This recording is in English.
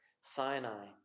Sinai